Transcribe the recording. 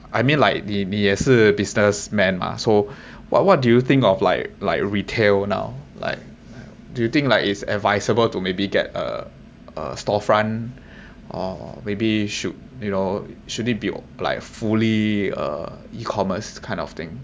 I mean like 你你也是 business man mah so what what do you think of like like retail now like you think like it's advisable to maybe get a a storefront or maybe should you know should it be like fully uh e-commerce kind of thing